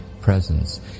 presence